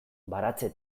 baratze